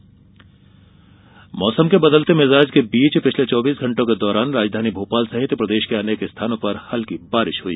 मौसम मौसम के बदले भिजाज के बीच पिछले चौबीस घंटों के दौरान राजधानी भोपाल सहित प्रदेश के अनेक स्थानों पर हल्की बारिश हुई